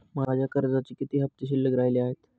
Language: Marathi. माझ्या कर्जाचे किती हफ्ते शिल्लक राहिले आहेत?